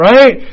Right